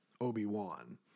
Obi-Wan